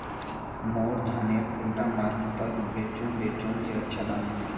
मोर धानेर कुंडा मार्केट त बेचुम बेचुम जे अच्छा दाम मिले?